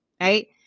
right